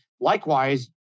likewise